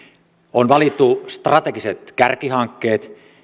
on valittu strategiset kärkihankkeet